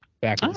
Back